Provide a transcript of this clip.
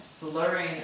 blurring